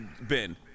Ben